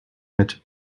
mit